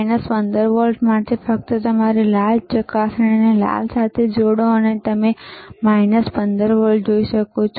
15 volt માટે ફક્ત તમારી ચકાસણી લાલ ને લાલ સાથે જોડો અને તમે 15 વોલ્ટ જોઈ શકો છો